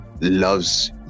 loves